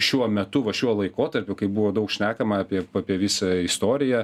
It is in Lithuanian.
šiuo metu va šiuo laikotarpiu kai buvo daug šnekama apie apie visą istoriją